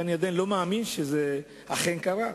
ואני עדיין לא מאמין שהוא אכן קרה.